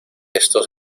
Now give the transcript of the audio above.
estos